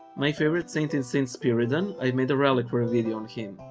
my favorite saint is st. spyridon. i made a reliquary video on him.